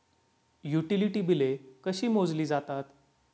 Utility बिले कशी मोजली जातात?